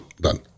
Done